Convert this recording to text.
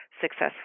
successful